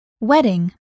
Wedding